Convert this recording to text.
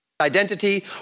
identity